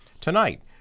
tonight